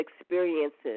experiences